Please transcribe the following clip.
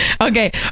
okay